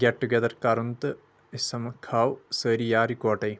get together کرُن تہٕ أسۍ سمکھہ ہاو سٲری یار اکوٹے